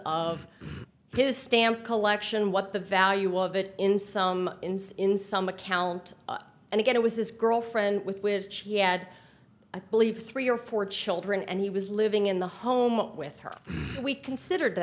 of his stamp collection what the value of it in some insight in some account and again it was this girlfriend with which he had i believe three or four children and he was living in the home with her we considered